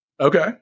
Okay